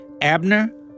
Abner